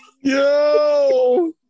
Yo